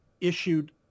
issued